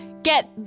Get